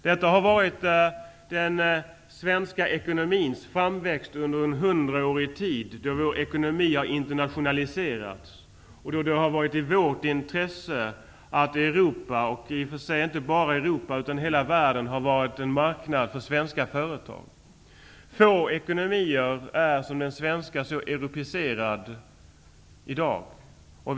Detta har gällt för den svenska ekonomins framväxt under en hundraårsperiod, då vår ekonomi har internationaliserats och då det har legat i vårt intresse att Europa - och hela världen - har varit en marknad för svenska företag. Få ekonomier är i dag så europeiserade som den svenska.